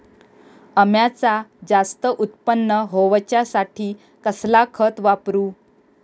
अम्याचा जास्त उत्पन्न होवचासाठी कसला खत वापरू?